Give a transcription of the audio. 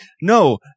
no